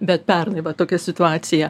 bet pernai va tokia situacija